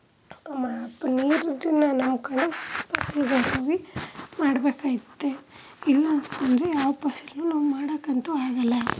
ನೀರು ಇದ್ರೇ ನಮ್ಮ ಕಡೆ ಫಸಲು ಮಾಡಬೇಕೈತೆ ಇಲ್ಲ ಅಂತಂದರೆ ಯಾವ ಫಸಲೂ ನಾವು ಮಾಡೋಕ್ಕಂತೂ ಆಗಲ್ಲ